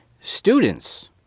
students